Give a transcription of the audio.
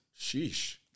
Sheesh